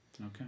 okay